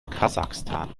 kasachstan